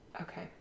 Okay